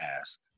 ask